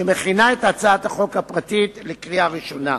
שמכינה את הצעת החוק הפרטית לקריאה ראשונה.